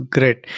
Great